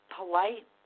polite